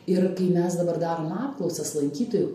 ir kai mes dabar darom apklausas lankytojų